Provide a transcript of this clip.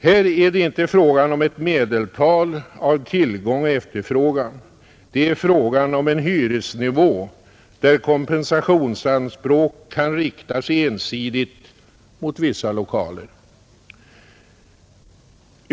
Här är det inte fråga om ett medeltal av tillgång och efterfrågan — det är fråga om en hyresnivå där kompensationsanspråk kan rikta sig ensidigt mot vissa lokaler.